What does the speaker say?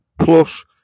plus